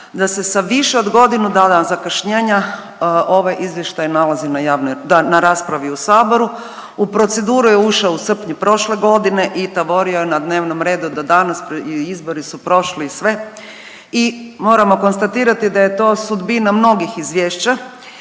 da se sa više od godinu dana zakašnjenja ovaj izvještaj nalazi na javnoj, na raspravi u saboru. U proceduru je ušao u srpnju prošle godine i taborio je na dnevnom redu do danas i izbori su prošli i sve i moramo konstatirati da je to sudbina mnogih izvješća